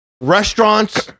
restaurants